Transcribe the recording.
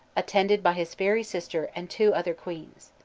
attended by his fairy sister and two other queens,